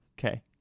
Okay